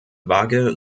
waage